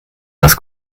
was